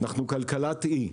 אנחנו כלכלת אי.